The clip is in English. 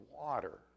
water